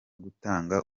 gutanga